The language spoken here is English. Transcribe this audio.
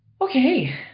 Okay